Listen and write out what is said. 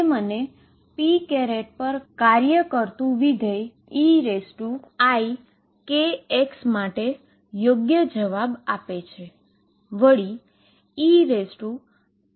જે મને p પર કાર્ય કરતું ફંક્શન eikx માટે યોગ્ય જવાબ આપ્યો છે